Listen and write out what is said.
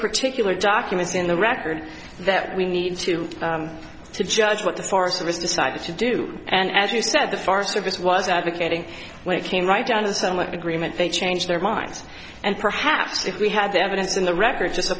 particular documents in the record that we need to to judge what the forest service decided to do and as you said the foreign service was advocating when it came right down to some agreement they changed their minds and perhaps if we had the evidence in the record